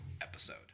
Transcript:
episode